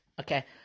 Okay